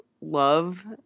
love